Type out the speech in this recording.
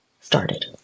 started